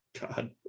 god